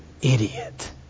idiot